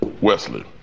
Wesley